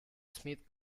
smith